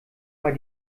bei